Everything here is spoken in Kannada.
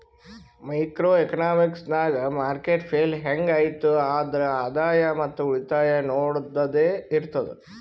ಮೈಕ್ರೋ ಎಕನಾಮಿಕ್ಸ್ ನಾಗ್ ಮಾರ್ಕೆಟ್ ಫೇಲ್ ಹ್ಯಾಂಗ್ ಐಯ್ತ್ ಆದ್ರ ಆದಾಯ ಮತ್ ಉಳಿತಾಯ ನೊಡದ್ದದೆ ಇರ್ತುದ್